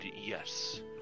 yes